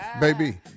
Baby